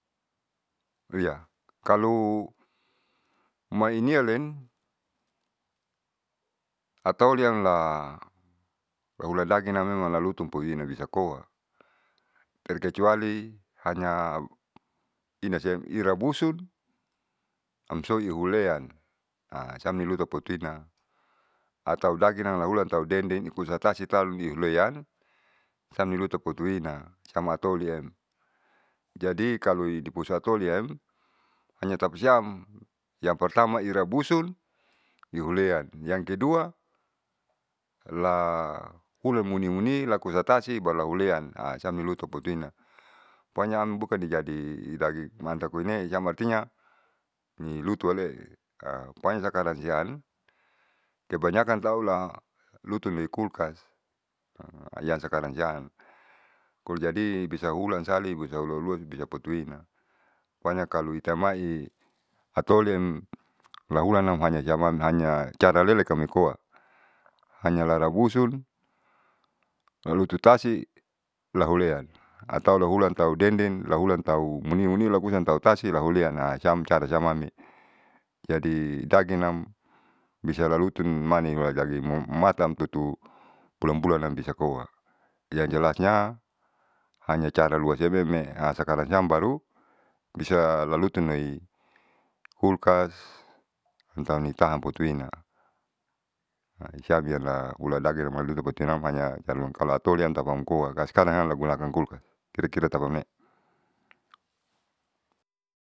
Lia kalu mainialen atau liala ahula dangin am malalutunpuina bisa koa terkecuali hanya ina siam irabusun amsoi hulean siam nilutipotuina atau daging naulantau dendeng ukusataitalu ihulean samnilotu puita sam atoliem jadi kalo i di puasatiem hanya tapasiam yang pertama irabusun, ihulean yang kedua la ulamunimuni lakusatasi baru lahulean siam nilotupotuina pokonya am buka di jadi daging manta koine'e yang artinya nilutuale ka banya sakarang siam kebanyakan taulalutunloi kulkas yang sakarang siam kalu jadi bisa ulansali bisa ulalua su bisa potuina. Pokonya kalo itamai hatolem lahulanam hanya siaman hanya cara leleamoikoa hanya larabusun lalu tutasi, lahulean atau lahulantau dendeng, lahulantau munimuni lahulantau tasi lahulean ha siam cara siam ame'e. Jadi danginam bisa lalutun manimula mataamtutu bulanbulan bisakoa. Yang jalasnya hanya cara luasiame'e sakarang siam baru bisa lalutunlei kulkas sg tau tahan potuina hasiam hula dangin namalutupotinam hanya cara ulam kalu atoleam tapa amkoa la sekarang gunakan kulkas kira kira tapamne.